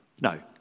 No